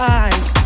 eyes